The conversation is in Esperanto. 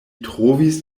trovis